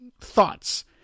thoughts